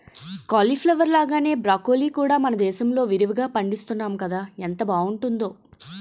cauliflower లాగానే broccoli కూడా మనదేశంలో విరివిరిగా పండిస్తున్నాము కదా ఎంత బావుంటుందో